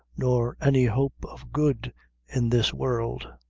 nor any hope of good in this world,